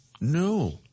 No